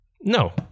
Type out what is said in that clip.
No